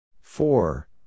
Four